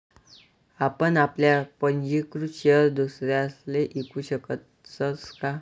आपण आपला पंजीकृत शेयर दुसरासले ईकू शकतस का?